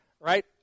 Right